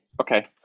okay